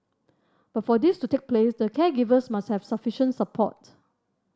but for this to take place the caregivers must have sufficient support